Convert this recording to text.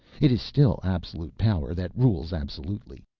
it is still absolute power that rules absolutely,